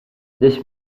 this